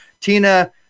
Tina